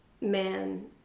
man